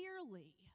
clearly